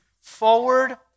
forward